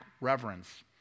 reverence